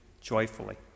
joyfully